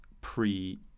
pre